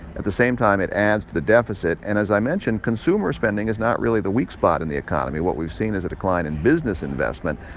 at the same time, it adds to the deficit and as i mentioned, consumer spending is not really the weak spot in the economy. what we've seen is a decline in business investment.